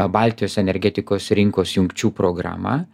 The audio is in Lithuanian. baltijos energetikos rinkos jungčių programa